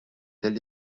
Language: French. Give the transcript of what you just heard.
telle